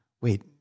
wait